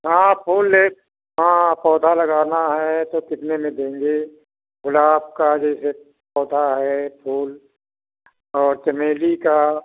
हाँ फूल ले हाँ पौधा लगाना है तो कितने में देंगे गुलाब का जैसे पौधा है फूल और चमेली का